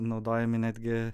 naudojami netgi